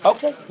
Okay